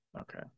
Okay